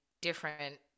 different